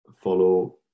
follow